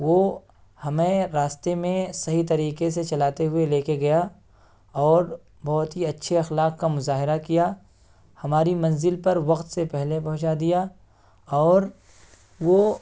وہ ہمیں راستے میں صحیح طریقے سے چلاتے ہوئے لے کے گیا اور بہت ہی اچّّھے اخلاق کا مظاہرہ کیا ہماری منزل پر وقت سے پہلے پہنچا دیا اور وہ